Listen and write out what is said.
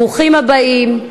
ברוכים הבאים.